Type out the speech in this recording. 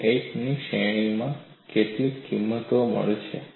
28 ની શ્રેણીમાં કેટલીક કિંમત મળી છે